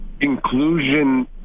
inclusion